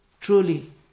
truly